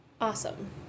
Awesome